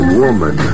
woman